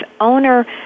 owner